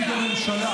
נציג הממשלה.